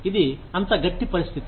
ఇది అంత గట్టి పరిస్థితి